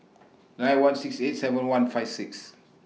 nine one six eight seven one five six